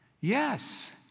Yes